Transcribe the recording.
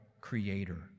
Creator